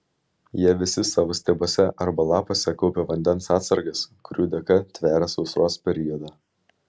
jie visi savo stiebuose arba lapuose kaupia vandens atsargas kurių dėka tveria sausros periodą